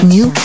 New